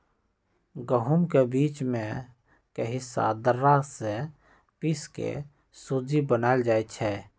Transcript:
गहुम के बीच में के हिस्सा दर्रा से पिसके सुज्ज़ी बनाएल जाइ छइ